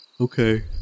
Okay